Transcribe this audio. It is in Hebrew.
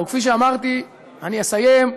כפי שאמרתי, אני אסיים: